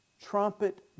trumpet